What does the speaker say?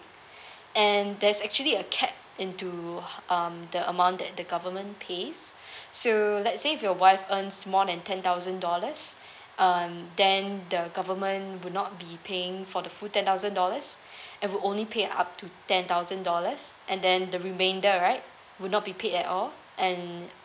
and there's actually a cap into um the amount that the government pays so let's say if your wife earns more than ten thousand dollars um then the government will not be paying for the full ten thousand dollars it will only pay up to ten thousand dollars and then the remainder right would not be paid at all and